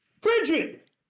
Bridget